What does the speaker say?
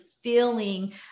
feeling